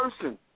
person